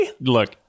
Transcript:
Look